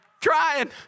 trying